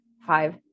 five